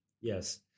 Yes